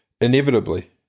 Inevitably